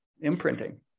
imprinting